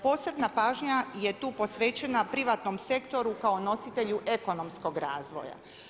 Posebna pažnja je tu posvećena privatnom sektoru kao nositelju ekonomskog razvoja.